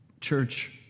church